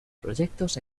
proyectos